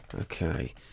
Okay